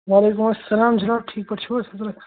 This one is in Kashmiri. وعلیکُم اَسَلام جِناب ٹھیٖک پٲٹھۍ چھِو حظ